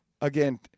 again